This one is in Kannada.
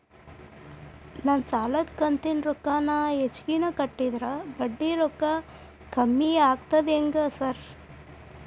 ನಾನ್ ಸಾಲದ ಕಂತಿನ ರೊಕ್ಕಾನ ಹೆಚ್ಚಿಗೆನೇ ಕಟ್ಟಿದ್ರ ಬಡ್ಡಿ ರೊಕ್ಕಾ ಕಮ್ಮಿ ಆಗ್ತದಾ ಹೆಂಗ್ ಸಾರ್?